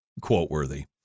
quote-worthy